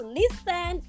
listen